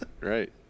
right